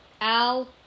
Al